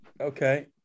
Okay